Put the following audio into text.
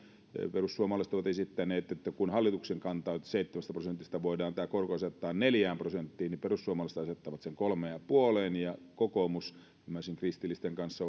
perussuomalaiset ovat esittäneet että kun hallituksen kanta on että seitsemästä prosentista voidaan tämä korko asettaa neljään prosenttiin niin perussuomalaiset asettavat sen kolmeen pilkku viiteen ja kokoomus ymmärsin kristillisten kanssa